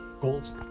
goals